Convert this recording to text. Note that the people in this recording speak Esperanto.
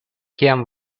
kiam